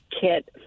kit